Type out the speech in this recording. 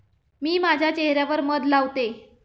मी माझ्या चेह यावर मध लावते